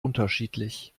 unterschiedlich